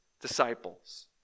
disciples